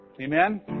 Amen